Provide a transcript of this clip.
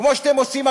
כמו שאתם עושים,